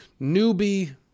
newbie